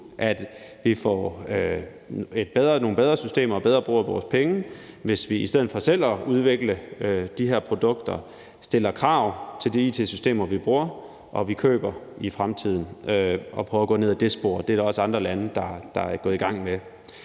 at vi får nogle bedre systemer og en bedre brug af vores penge, hvis vi i stedet for selv at udvikle de her produkter stiller krav til de it-systemer, vi bruger og køber i fremtiden, og prøver at gå ned ad det spor. Det er der også andre lande der er gået i gang med.